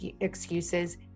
excuses